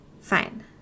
Fine